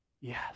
Yes